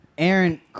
Aaron